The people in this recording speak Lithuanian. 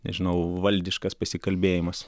nežinau valdiškas pasikalbėjimas